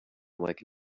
like